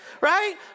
Right